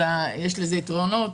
יש לזה יתרונות,